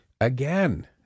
again